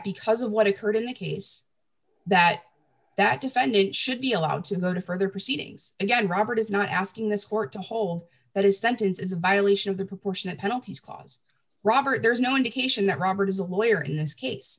because of what occurred in that case that that defendant should be allowed to go to further proceedings again robert is not asking this court to hold that his sentence is a violation of the proportionate penalty clause robert there is no indication that robert is a lawyer in this case